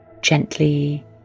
gently